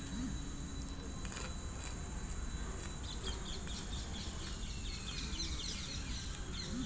ತರಕಾರಿಯು ಹಣ್ಣುಗಳನ್ನು ಹೊರತಾಗಿ ಅಹಾರವಾಗಿ ಉಪಯೋಗಿಸುವ ಸಸ್ಯಗಳ ಭಾಗಗಳು ದೈನಂದಿನ ಬಳಕೆಯ ಉಪಯೋಗವಾಗಯ್ತೆ